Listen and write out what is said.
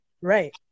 right